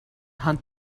hunt